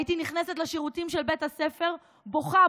הייתי נכנסת לשירותים של בית הספר ובוכה,